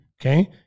okay